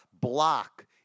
block